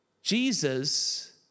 Jesus